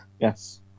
Yes